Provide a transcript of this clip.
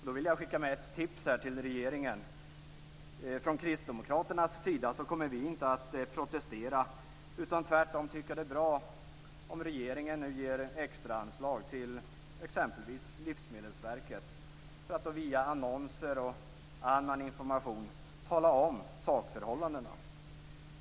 Jag vill skicka med ett tips till regeringen: Från Kristdemokraternas sida kommer vi inte att protestera, utan tvärtom tycka att det är bra om regeringen nu ger extraanslag till exempelvis Livsmedelsverket för att via annonser och annan information visa på sakförhållandena.